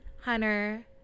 Hunter